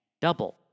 double